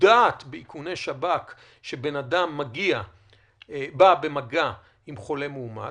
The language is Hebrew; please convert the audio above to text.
הכוונה היא לאדם שבא במגע עם חולה מאומת,